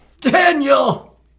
Daniel